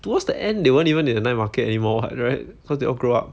towards the end they weren't even in the night market anymore [what] right cause they grow up